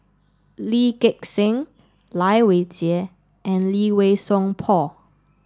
Lee Gek Seng Lai Weijie and Lee Wei Song Paul